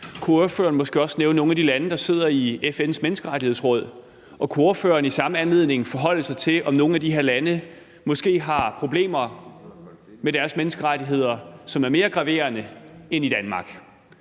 Kunne ordføreren måske også nævne nogle af de lande, der sidder i FN's Menneskerettighedsråd? Og kunne ordføreren i samme anledning forholde sig til, om nogle af de her lande måske har nogle problemer med deres menneskerettigheder, som er mere graverende end i Danmark,